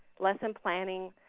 lesson planning,